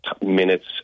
minutes